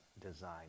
design